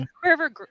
wherever